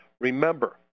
Remember